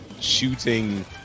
shooting